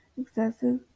excessive